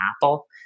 apple